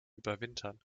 überwintern